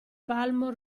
palmo